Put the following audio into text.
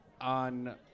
On